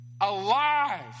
alive